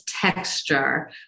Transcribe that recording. texture